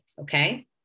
okay